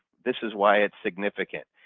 this is why it's significant.